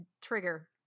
trigger